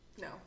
No